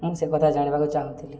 ମୁଁ ସେ କଥା ଜାଣିବାକୁ ଚାହୁଁଥିଲି